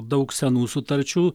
daug senų sutarčių